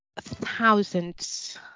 thousands